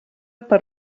per